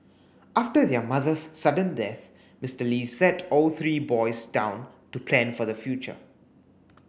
after their mother's sudden death Mister Li sat all three boys down to plan for the future